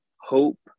hope